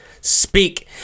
Speak